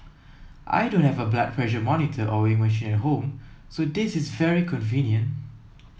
I don't have a blood pressure monitor or weighing machine at home so this is very convenient